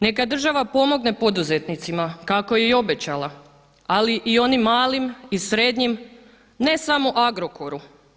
Neka država pomogne poduzetnicima kako je i obećala ali i onim malim, i srednjim ne samo Agrokoru.